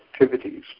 activities